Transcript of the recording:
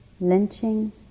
lynching